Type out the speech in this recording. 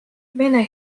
vene